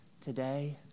today